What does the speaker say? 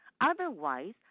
Otherwise